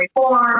reform